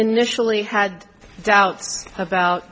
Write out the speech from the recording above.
initially had doubts about